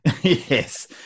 Yes